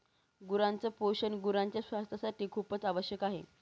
गुरांच पोषण गुरांच्या स्वास्थासाठी खूपच आवश्यक आहे